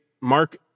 Mark